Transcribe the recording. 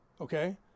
Okay